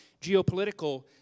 geopolitical